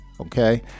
okay